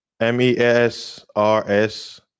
m-e-s-r-s